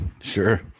Sure